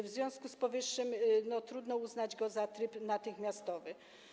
W związku z powyższym trudno uznać to za tryb natychmiastowy.